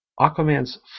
Aquaman's